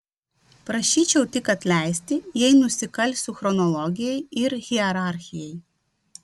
prašyčiau tik atleisti jei nusikalsiu chronologijai ar hierarchijai